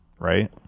right